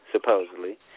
supposedly